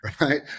right